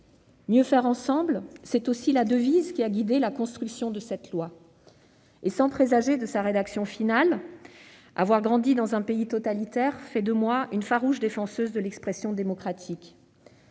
Mieux faire ensemble », voilà aussi la devise qui a guidé la construction de ce texte ; je le dis sans présager de sa rédaction finale, car avoir grandi dans un pays totalitaire fait de moi une farouche défenseuse de l'expression démocratique.